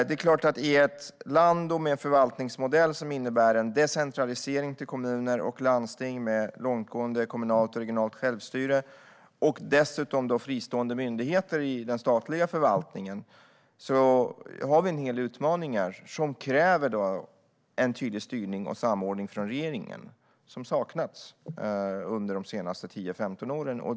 Det är klart att i ett land med en förvaltningsmodell som innebär en decentralisering till kommuner och landsting med långtgående kommunalt och regionalt självstyre och dessutom fristående myndigheter i den statliga förvaltningen har vi en del utmaningar som kräver en tydlig styrning och samordning från regeringen, något som saknats under de senaste 10-15 åren.